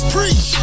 Preach